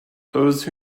those